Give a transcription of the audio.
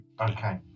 Okay